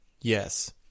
Yes